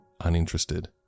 uninterested